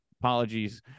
Apologies